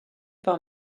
par